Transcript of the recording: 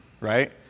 right